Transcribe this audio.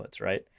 right